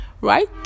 right